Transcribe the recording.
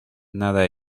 nada